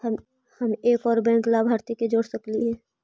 हम एक और बैंक लाभार्थी के जोड़ सकली हे?